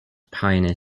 pioneer